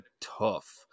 tough